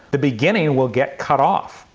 the beginning will get cut off.